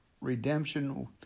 redemption